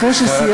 אחרי שסיימתי,